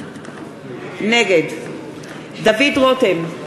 נגד דוד רותם,